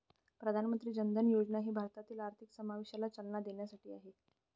प्रधानमंत्री जन धन योजना ही भारतातील आर्थिक समावेशनाला चालना देण्यासाठी आहे